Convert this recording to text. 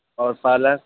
اور پالک